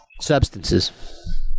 substances